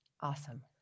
Awesome